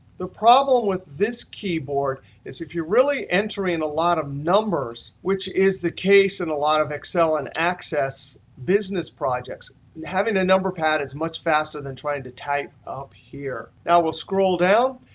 the problem with this keyboard is if you're really entering a lot of numbers which is the case in and a lot of excel and access business projects and having a number pad is much faster than trying to type up here. now we'll scroll down.